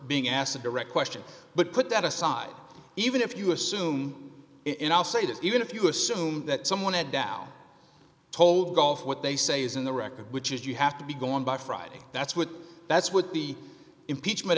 being asked a direct question but put that aside even if you assume it all say that even if you assume that someone at dow told gulf what they say is in the record which is you have to be going by friday that's what that's what the impeachment